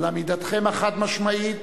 על עמידתכם החד-משמעית,